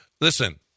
Listen